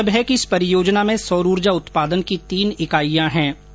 गौरतलब है कि इस परियोजना में सौर ऊर्जा उत्पादन की तीन इकाइयां हैं